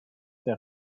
der